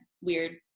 weird